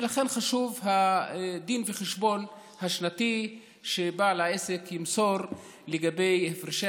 ולכן חשוב הדין והחשבון השנתי שבעל העסק ימסור לגבי הפרשי